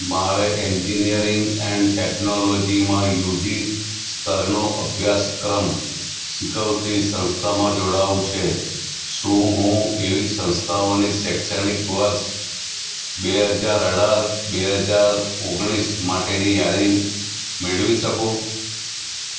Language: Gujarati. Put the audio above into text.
મારે એન્જિનિયરિંગ એન્ડ ટેક્નોલોજીમાં યુજી સ્તરનો અભ્યાસક્રમ શીખવતી સંસ્થામાં જોડાવવું છે શું હું એવી સંસ્થાઓની શૈક્ષણિક વર્ષ બે હજાર અઢાર બે હજાર ઓગણીસ માટેની યાદી મેળવી શકું